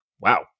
Wow